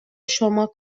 شما